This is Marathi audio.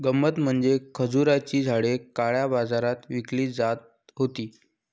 गंमत म्हणजे खजुराची झाडे काळ्या बाजारात विकली जात होती